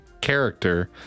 character